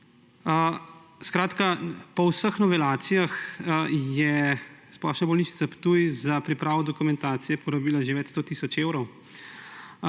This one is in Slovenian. zgodbe. Po vseh novelacijah je Splošna bolnišnica Ptuj za pripravo dokumentacije porabila že več sto tisoč evrov.